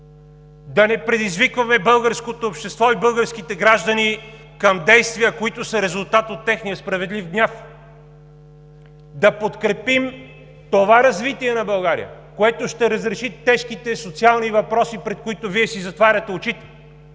да не предизвикваме българското общество и българските граждани към действия, които са резултат от техния справедлив гняв, да подкрепим това развитие на България, което ще разреши тежките социални въпроси, пред които Вие си затваряте очите…